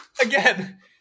Again